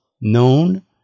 known